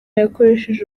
yakoresheje